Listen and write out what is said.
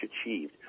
achieved